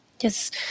Yes